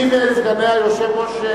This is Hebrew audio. אדוני היושב-ראש,